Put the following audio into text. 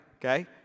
okay